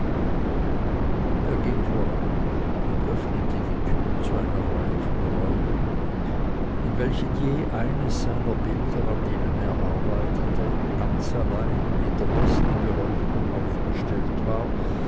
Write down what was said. er ging voran und öffnete die türe zu einer reihe von räumen in welchen je eines seiner bilder an denen er arbeitete ganz allein und in der besten beleuchtung aufgestellt war